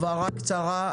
הבהרה קצרה,